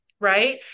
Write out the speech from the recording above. right